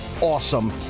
awesome